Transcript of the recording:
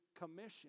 commission